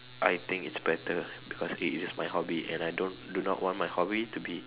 I think it's better because it is my hobby and I don't do not want my hobby to be